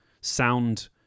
sound